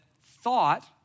thought